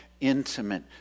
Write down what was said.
intimate